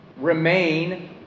Remain